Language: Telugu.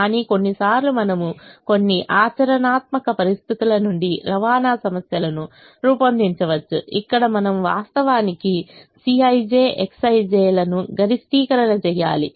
కానీ కొన్నిసార్లు మనము కొన్ని ఆచరణాత్మక పరిస్థితుల నుండి రవాణా సమస్యలను రూపొందించవచ్చుఇక్కడ మనము వాస్తవానికి Cij Xij లను గరిష్టికరణ చేయాలి